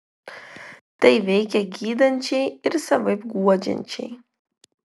tai veikia gydančiai ir savaip guodžiančiai